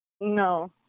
No